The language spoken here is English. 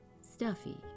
Stuffy